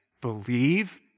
believe